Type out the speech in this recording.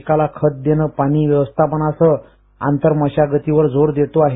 पिकाला खत देणं पाणी व्यवस्थापनासह आंतर मशागतीवर जोर देतो आहे